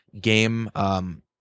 game